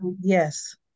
Yes